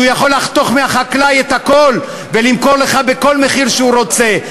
שיכול לחתוך מהחקלאי את הכול ולמכור לך בכל מחיר שהוא רוצה.